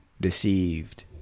deceived